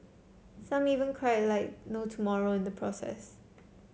some even cried like no tomorrow in the process